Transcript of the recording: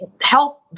health